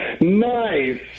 Nice